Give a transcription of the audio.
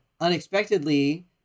unexpectedly